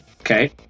okay